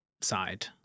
side